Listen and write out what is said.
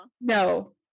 no